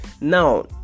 now